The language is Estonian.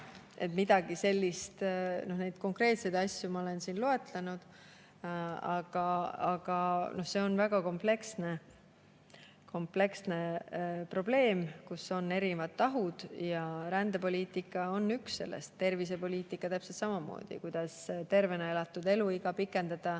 töö ju käib. Konkreetseid asju olen ma siin loetlenud, aga see on väga kompleksne probleem, millel on erinevad tahud. Rändepoliitika on üks nendest, tervisepoliitika täpselt samamoodi. Kuidas tervena elatud eluiga pikendada?